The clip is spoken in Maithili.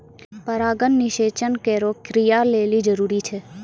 परागण निषेचन केरो क्रिया लेलि जरूरी छै